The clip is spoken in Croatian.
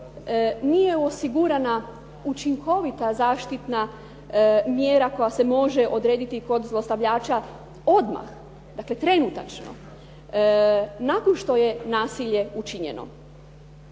nije osigurana učinkovita zaštitna mjera koja se može odrediti kod zlostavljača odmah, dakle trenutačno, nakon što je nasilje učinjeno.